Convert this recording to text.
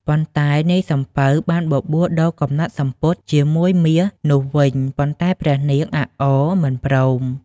ប៉ុន្តែ នាយសំពៅបានបបួលដូរកំណាត់សំពត់ជាមួយមាសនោះវិញ ប៉ុន្តែ ព្រះនាងអាក់អមិនព្រម ។